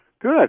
Good